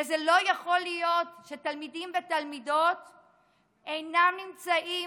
וזה לא יכול להיות שתלמידים ותלמידות אינם נמצאים